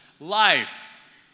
life